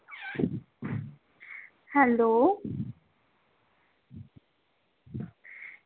hello